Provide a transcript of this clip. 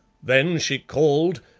then she called,